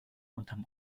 unterm